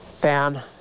Fan